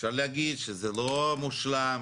אפשר להגיד שזה לא מושלם.